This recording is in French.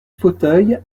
fauteuils